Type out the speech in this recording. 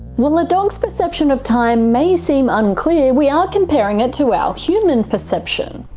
while a dog's perception of time may seem unclear, we are comparing it to our human perception.